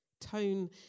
Tone